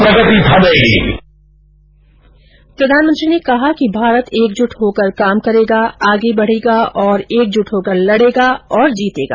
प्रधानमंत्री ने कहा कि भारत एकजुट होकर काम करेगा आगे बढ़ेगा और एकजुट होकर लड़ेगा और जीतेगा